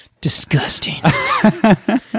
disgusting